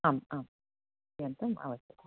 आम् आम् पर्यन्तम् आगतु